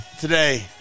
today